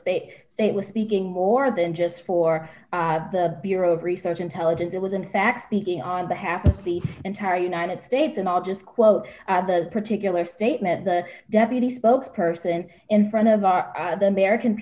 state state was speaking more than just for the bureau of research intelligence it was in fact speaking on behalf of the entire united states and i'll just quote the particular statement the deputy spokes person in front of the american